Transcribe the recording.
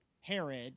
Herod